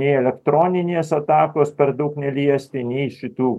nei elektroninės atakos per daug neliesti nei šitų